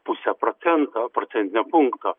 puse procento procentinio punkto